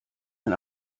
ein